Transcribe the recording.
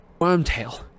Wormtail